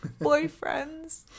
boyfriends